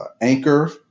Anchor